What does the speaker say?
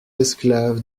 esclave